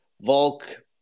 Volk